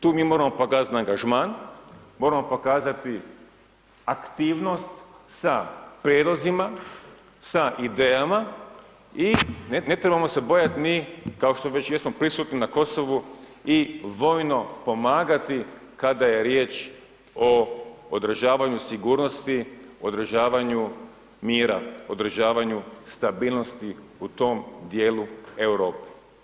Tu mi moramo pokazati angažman, moramo pokazati aktivnost sa prijedlozima, sa idejama i ne trebamo se bojati ni, kao što već jesmo prisutni na Kosovu i vojno pomagati kada je riječ o održavanju sigurnosti, održavanju mira, održavanju stabilnosti u tom dijelu Europe.